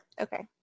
Okay